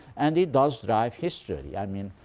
and it does drive history. i mean,